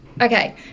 okay